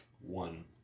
one